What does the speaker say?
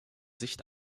sicht